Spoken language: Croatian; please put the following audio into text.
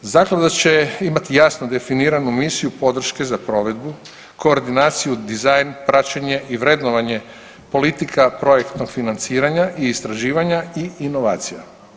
Zaklada će imati jasno definiranu misiju podrške za provedbu, koordinaciju, dizajn, praćenje i vrednovanje politika projektnog financiranja i istraživanja i inovacija.